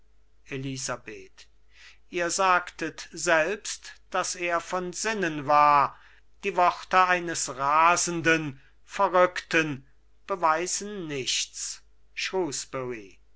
elisabeth ihr sagtet selbst daß er von sinnen war die worte eines rasenden verrückten beweisen nichts